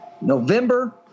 November